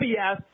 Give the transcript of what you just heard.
BS